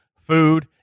food